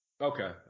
Okay